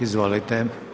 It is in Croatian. Izvolite.